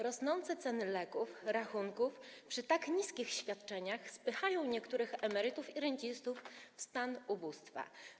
Rosnące ceny leków i rachunki przy tak niskich świadczeniach spychają niektórych emerytów i rencistów w stan ubóstwa.